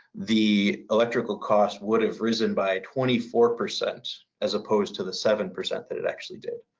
the electrical cost would have risen by twenty four percent as opposed to the seven percent that it actually did.